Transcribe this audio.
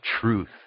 truth